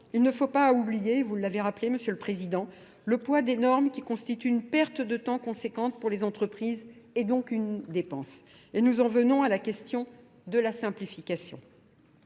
il ne faut pas oublier, vous l'avez rappelé Monsieur le Président, le poids des normes qui constituent une perte de temps conséquente pour les entreprises et donc une dépense. Et nous en venons à la question de la simplification.